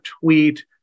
tweet